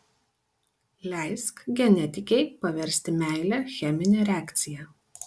leisk genetikei paversti meilę chemine reakcija